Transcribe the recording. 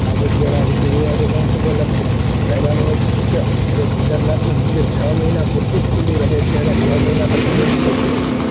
આ જગ્યા ના રીતિરિવાજો પણ ખૂબ અલગ છે તેનામાં એક મુખ્ય કેદારનાથનું મંદિર છ મહિના પૂરતું જ ખુલ્લું રહે છે અને છ મહિના પછી બંધ થઈ જાય છે